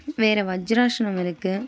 வேறே வஜ்ராசனம் இருக்குது